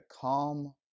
calm